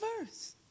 verse